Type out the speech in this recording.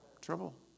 Trouble